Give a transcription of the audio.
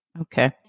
Okay